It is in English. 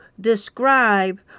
describe